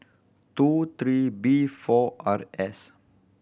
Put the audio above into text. two three B four R S